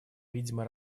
видимо